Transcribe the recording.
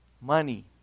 Money